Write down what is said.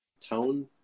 tone